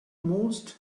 most